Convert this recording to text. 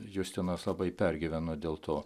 justinas labai pergyveno dėl to